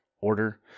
order